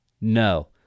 No